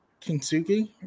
Kintsugi